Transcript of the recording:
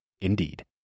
Indeed